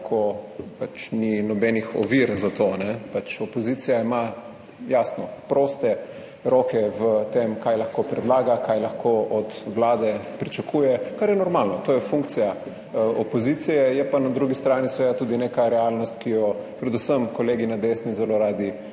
ni nobenih ovir za to. Pač opozicija ima, jasno, proste roke v tem, kaj lahko predlaga, kaj lahko od Vlade pričakuje, kar je normalno. To je funkcija opozicije. Je pa na drugi strani seveda tudi neka realnost, ki jo predvsem kolegi na desni zelo radi